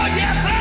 yes